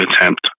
attempt